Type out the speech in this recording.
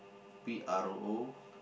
P R O